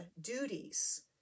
duties